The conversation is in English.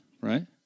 right